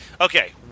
Okay